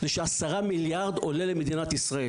זה ש-10 מיליארד עולה למדינת ישראל.